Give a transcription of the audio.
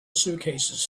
suitcases